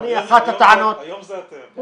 היום זה אתם.